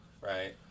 Right